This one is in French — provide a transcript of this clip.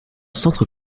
centre